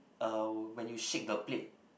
uh when you shake the plate